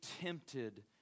tempted